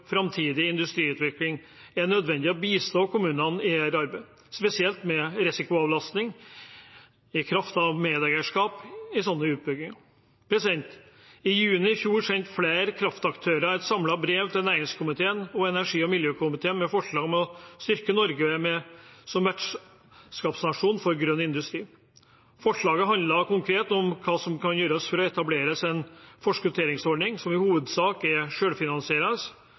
framtidig industriutvikling, er det nødvendig å bistå kommunene i dette arbeidet – spesielt med risikoavlastning i kraft av medeierskap i slike utbygginger. I juni i fjor sendte flere kraftaktører sammen et brev til næringskomiteen og energi- og miljøkomiteen med forslag om å styrke Norge som vertskapsnasjon for grønn industri. Forslaget handler om hva som konkret kan gjøres for å etablere en forskutteringsordning som i hovedsak er